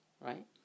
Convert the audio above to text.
right